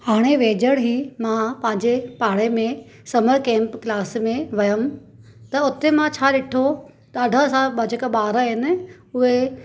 हाणे वेझड़ ई मां पंहिंजे पाणे में समर कैम्प क्लास में वियमि त हुते मां छा ॾिठो ॾाढा सां ॿ जेका ॿार आहिनि उहे